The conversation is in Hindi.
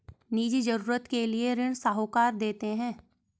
निजी जरूरत के लिए भी ऋण साहूकार देते हैं